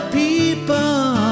people